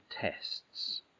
tests